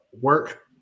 work